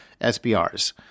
SBRs